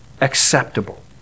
Acceptable